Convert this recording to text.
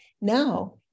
now